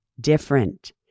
different